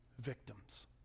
victims